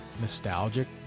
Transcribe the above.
nostalgic